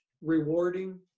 rewarding